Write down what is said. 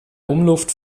umluft